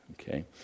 Okay